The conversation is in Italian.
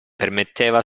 permetteva